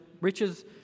riches